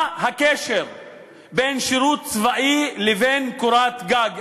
מה הקשר בין שירות צבאי לבין קורת גג?